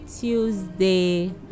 Tuesday